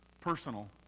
personal